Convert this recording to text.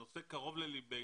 הנושא קרוב לליבנו,